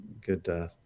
good